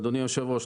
אדוני יושב הראש,